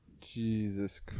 Jesus